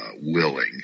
willing